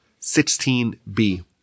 16b